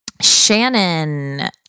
Shannon